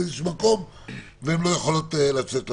התוכניות לא יכולות לצאת לפועל.